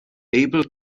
able